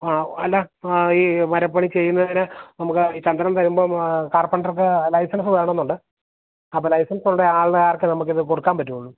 ആ അല്ല ആ ഈ മരപ്പണി ചെയ്യുന്നവര് നമുക്ക് ചന്ദനം തരുമ്പോള് കാർപെൻ്റർക്ക് ലൈസൻസ് വേണമെന്നുണ്ട് അപ്പോള് ലൈസൻസുള്ള ആൾക്കാർക്കേ നമുക്കിത് കൊടുക്കാന് പറ്റുകയുള്ളു